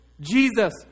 Jesus